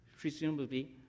presumably